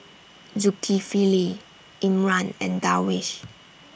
Zulkifli Imran and Darwish